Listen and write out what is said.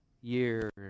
years